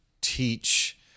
teach